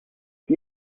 qui